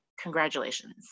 congratulations